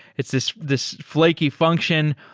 it's this this flaky function.